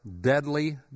deadly